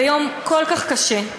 ביום כל כך קשה,